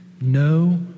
No